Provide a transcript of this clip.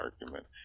argument